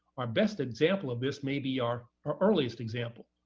our best example of this may be our our earliest example,